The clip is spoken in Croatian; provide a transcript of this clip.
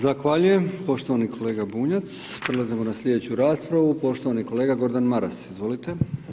Zahvaljujem poštovani kolega Bunjac, prelazimo na slijedeću raspravu poštovani kolega Gordan Maras, izvolite.